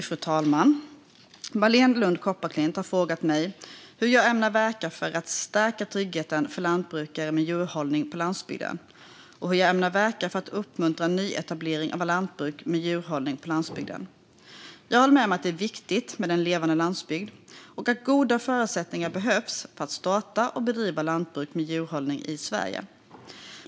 Fru talman! Marléne Lund Kopparklint har frågat mig hur jag ämnar verka för att stärka tryggheten för lantbrukare med djurhållning på landsbygden och hur jag ämnar verka för att uppmuntra nyetablering av lantbruk med djurhållning på landsbygden. Jag håller med om att det är viktigt med en levande landsbygd och att goda förutsättningar behövs för att starta och bedriva lantbruk med djurhållning i Sverige.